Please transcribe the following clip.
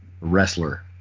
wrestler